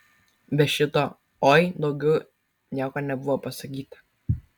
be šito oi daugiau nieko nebuvo pasakyta